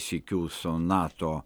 sykiu su nato